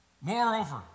Moreover